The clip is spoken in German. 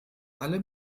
alle